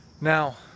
Now